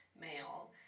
male